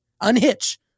unhitch